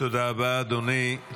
תודה רבה, אדוני.